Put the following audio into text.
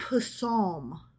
psalm